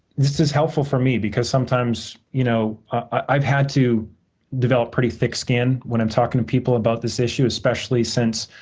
this is helpful for me because sometimes, you know i've had to develop pretty thick skin when i'm talking to people about this issue, especially since